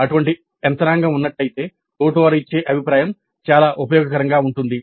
అటువంటి యంత్రాంగం ఉన్నట్లయితే తోటివారు ఇచ్చే అభిప్రాయం చాలా ఉపయోగకరంగా ఉంటుంది